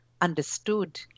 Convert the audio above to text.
understood